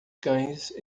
cães